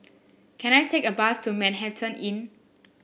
can I take a bus to Manhattan Inn